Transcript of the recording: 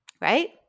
Right